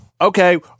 Okay